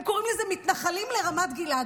הם קוראים לזה "מתנחלים לרמת גלעד".